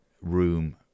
room